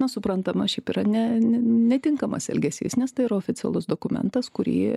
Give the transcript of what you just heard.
na suprantama šiaip yra ne netinkamas elgesys nes tai yra oficialus dokumentas kurį